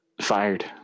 Fired